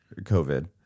COVID